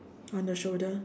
on the shoulder